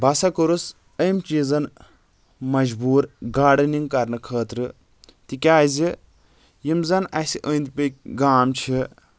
بہٕ ہسا کوٚرُس أمۍ چیٖزن مجبوٗر گاڈنِنٛگ کرنہٕ خٲطرٕ تِکیازِ یِم زن اَسہِ أنٛدۍ پٔکۍ گام چھِ